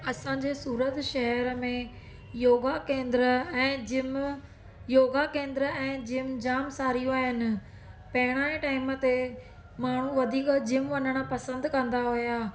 असांजे सूरत शहर में योगा केंद्र ऐं जिम योगा केंद्र ऐं जिम जाम सारियूं आहिनि पहिरियों जे टाइम ते माण्हू वधीक जिम वञणु पसंदि कंदा हुआ